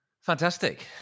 Fantastic